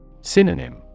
Synonym